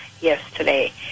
yesterday